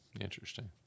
Interesting